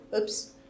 Oops